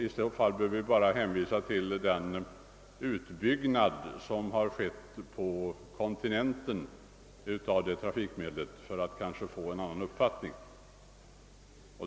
Jag kan därvidlag hänvisa till den utbyggnad av kanaltrafiken som skett på kontinenten.